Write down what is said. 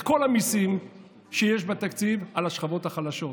כל המיסים שיש בתקציב, על השכבות החלשות.